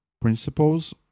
principles